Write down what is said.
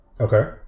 Okay